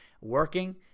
working